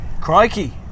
Crikey